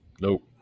nope